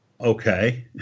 Okay